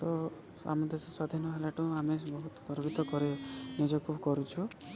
ତ ଆମ ଦେଶ ସ୍ଵାଧୀନ ହେଲାଠୁ ଆମେ ବହୁତ ଗର୍ବିତ କରି ନିଜକୁ କରୁଛୁ